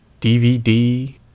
DVD